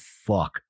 fuck